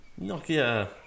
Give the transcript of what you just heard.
Nokia